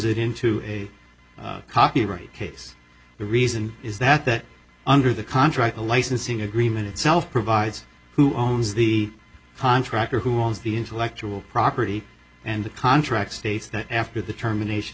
it into a copyright case the reason is that that under the contract the licensing agreement itself provides who owns the contractor who owns the intellectual property and the contract states that after the termination